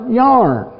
yarn